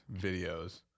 Videos